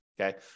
okay